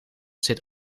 zit